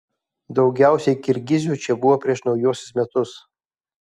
daugiausiai kirgizių čia buvo prieš naujuosius metus